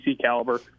caliber